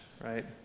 right